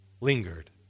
lingered